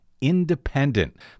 independent